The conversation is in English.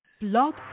Blog